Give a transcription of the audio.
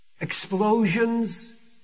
explosions